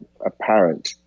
apparent